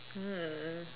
hmm